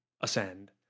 Ascend